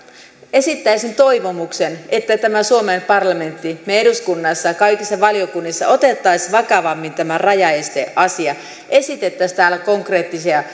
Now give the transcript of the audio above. esittäisin toivomuksen että me suomen parlamentissa eduskunnassa kaikissa valiokunnissa ottaisimme vakavammin tämän rajaesteasian esittäisimme täällä konkreettisia